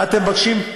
מה אתם מבקשים?